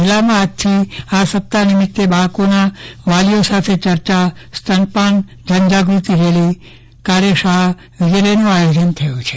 જિલ્લામાં આજથી આ સપ્તાહ નિમિત્તે બાળકોના વાલીઓ સાથે ચર્ચા સ્તનપાન જનજાગ્રતિ રેલી કાર્યશાળા વગેરેનું આયોજન થયું છે